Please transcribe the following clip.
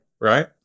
Right